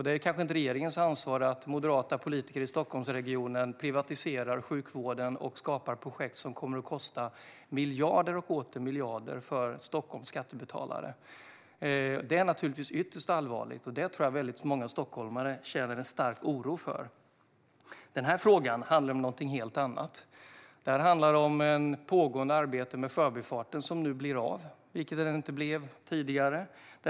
Det är knappast regeringens ansvar att moderata politiker i Stockholmsregionen privatiserar sjukvården och skapar projekt som kommer att kosta Stockholms skattebetalare miljarder och åter miljarder. Detta är naturligtvis ytterst allvarligt, och jag tror att många stockholmare känner en stark oro för det. Denna fråga handlar om någonting helt annat. Den handlar om ett pågående arbete med Förbifarten, som nu blir av, vilket den inte blev tidigare.